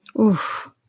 Oof